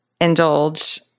indulge